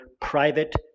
private